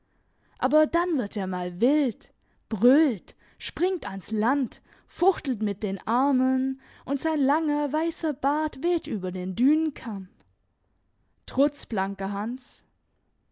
aber dann wird er mal wild brüllt springt ans land fuchtelt mit den armen und sein langer weisser bart weht über den dünenkamm trutz blanker hans